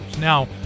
Now